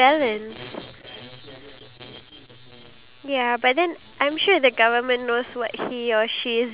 some ya if you're like a private company then you have to ne~ you know negotiate with your boss if